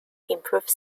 improve